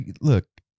look